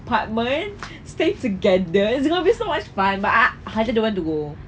apartment stay together it's gonna be so much fun but hada don't want to go